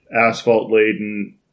asphalt-laden